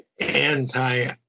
anti